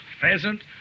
pheasant